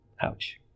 Ouch